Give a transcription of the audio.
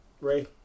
Ray